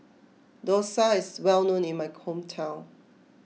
Dosa is well known in my hometown